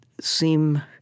seem